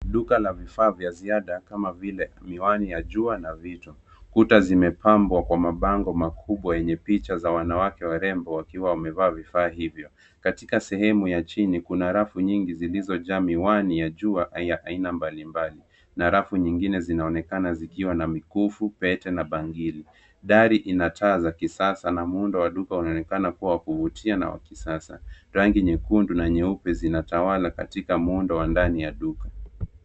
Duka la vifaa vya ziada kama vile miwani ya jua na vito. Kuta zimepambwa kwa mabango makubwa yenye picha za wanawake warembo wakiwa wamevaa vifaa hivyo. Katika sehemu ya chini kuna rafu nyingi zilizojaa miwani ya jua ya aina mbalimbali, na rafu nyingine zinaonekana zikiwa na mikufu, pete, na bangili. Dari ina taa za kisasa na muundo wa duka unaonekana kuwa wa kuvutia na wa kisasa. Rangi nyekundu na nyeupe zinatawala katika muundo wa ndani ya duka.